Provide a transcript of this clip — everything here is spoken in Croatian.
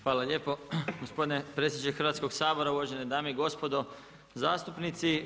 Hvala lijepo gospodine predsjedniče Hrvatskog sabora uvažene dame i gospodo zastupnici.